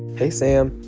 hey, sam.